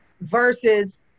versus